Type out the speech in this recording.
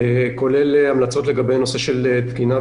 כולל המלצות לגבי נושא של תקינה וכו',